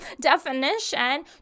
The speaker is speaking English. definition